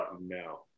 no